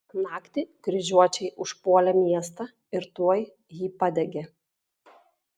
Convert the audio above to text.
naktį kryžiuočiai užpuolė miestą ir tuoj jį padegė